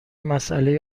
مساله